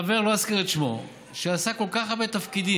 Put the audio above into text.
חבר, לא אזכיר את שמו, שעשה כל כך הרבה תפקידים,